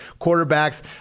quarterbacks